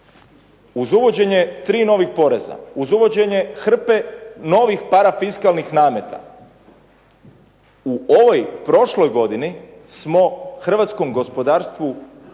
Uz uvođenje tri novih poreza, uz uvođenje hrpe novih parafiskalnih nameta u ovoj prošloj godini smo hrvatskom gospodarstvu otežali,